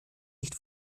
nicht